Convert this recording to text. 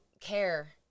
Care